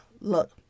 Look